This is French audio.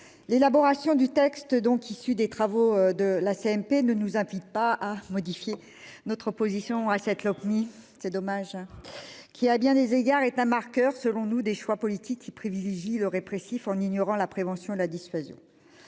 L'élaboration du texte donc issu des travaux de la CMP ne nous invite pas à modifier notre position à 7 Lopmi. C'est dommage. Qu'il a bien des égards est un marqueur selon nous des choix politiques qui privilégie le répressif en ignorant la prévention, la dissuasion.